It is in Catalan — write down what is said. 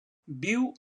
viu